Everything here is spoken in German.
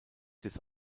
des